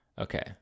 Okay